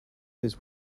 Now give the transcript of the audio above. this